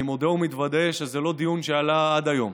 אני מודה ומתוודה שזה לא דיון שעלה עד היום.